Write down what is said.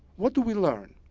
what do we learn?